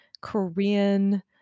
Korean